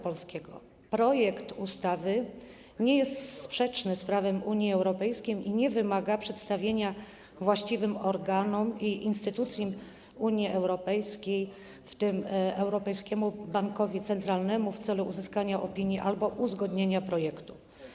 Projekt ustawy nie jest sprzeczny z prawem Unii Europejskiej i nie wymaga przedstawienia właściwym organom i instytucjom Unii Europejskiej, w tym Europejskiemu Bankowi Centralnemu, w celu uzyskania opinii albo uzgodnienia projektu.